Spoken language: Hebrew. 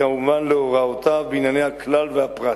וכמובן להוראותיו בענייני הכלל והפרט.